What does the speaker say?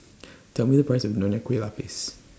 Tell Me The Price of Nonya Kueh Lapis